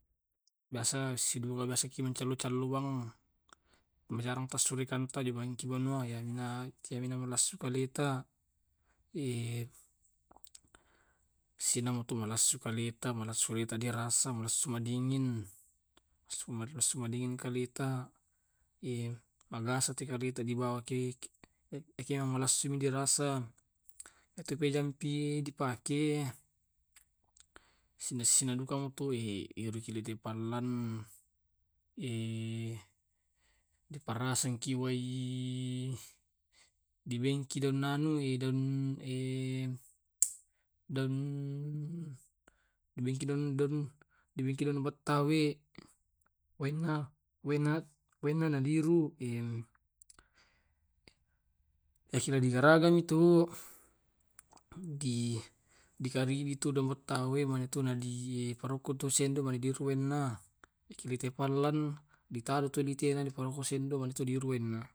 Biasa sidugaki biasaki macallu calluweng majarang tusurikanta majungai rianga dimensi manansu kaleta. manansu kaleta dirasa ingin suma madingin kaleta bangasa tumarita dibawaki ikia malessimi dirasa. Pe jampie dipake sina sidukangi toe kiditi pallang. Riparrasangki wae, di bekki daun daun dibeki don don daun bettawe. waena waena waena naliru adigaragami tu di garigi tu daung tawe tu nariarenna ritarutu riirinna sendo biasanna.